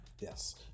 Yes